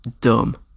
dumb